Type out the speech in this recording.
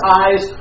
eyes